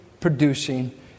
producing